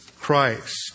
Christ